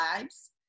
lives